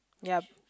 ya